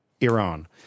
Iran